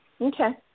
Okay